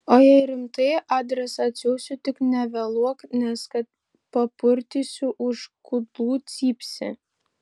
o jei rimtai adresą atsiųsiu tik nevėluok nes kad papurtysiu už kudlų cypsi